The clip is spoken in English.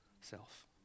self